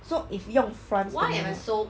so if 用 france 的 unit